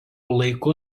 laiku